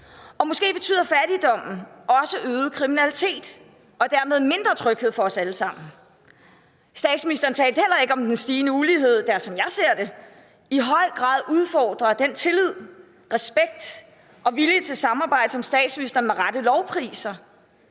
Måske betyder fattigdommen også øget kriminalitet og dermed mindre tryghed for os alle sammen. Statsministeren talte heller ikke om den stigende ulighed, der, som jeg ser det, i høj grad udfordrer den tillid, respekt og vilje til samarbejde, som statsministeren med rette lovpriser.